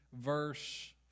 verse